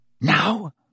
Now